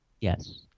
Yes